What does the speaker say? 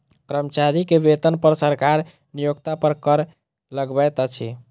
कर्मचारी के वेतन पर सरकार नियोक्ता पर कर लगबैत अछि